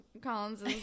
Collins